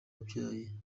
wabyaye